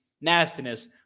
nastiness